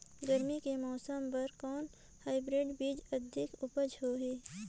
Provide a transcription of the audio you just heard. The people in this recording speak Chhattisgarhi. गरमी के मौसम बर कौन हाईब्रिड बीजा अधिक उपज होही?